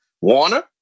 Warner